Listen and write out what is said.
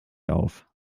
auf